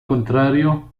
contrario